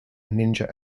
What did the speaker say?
ninja